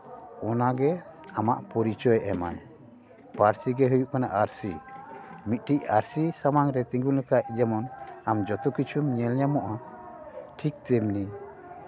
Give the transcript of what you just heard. ᱚᱱᱟᱜᱮ ᱟᱢᱟᱜ ᱯᱚᱨᱤᱪᱚᱭ ᱮᱢᱟᱭ ᱯᱟᱹᱨᱥᱤ ᱜᱮ ᱦᱩᱭᱩᱜ ᱠᱟᱱᱟ ᱟᱹᱨᱥᱤ ᱢᱤᱫᱴᱤᱡ ᱟᱹᱨᱥᱤ ᱥᱟᱢᱟᱝ ᱨᱮ ᱛᱤᱸᱜᱩ ᱞᱮᱱᱠᱷᱟᱡ ᱡᱮᱢᱚᱱ ᱟᱢ ᱡᱚᱛᱚ ᱠᱤᱪᱷᱩᱢ ᱧᱮᱞ ᱧᱟᱢᱚᱜᱼᱟ ᱴᱷᱤᱠ ᱛᱮᱢᱱᱤ